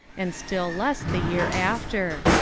and still less the year after.